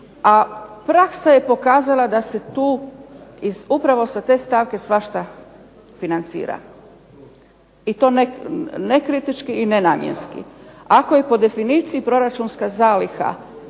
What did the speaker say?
a praksa je pokazala da se tu i upravo sa te stavke svašta financira i to nekritički i nenamjenski. Ako je po definiciji proračunska zaliha,